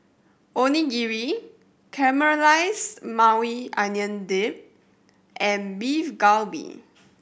Onigiri Caramelized Maui Onion Dip and Beef Galbi